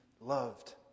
loved